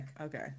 Okay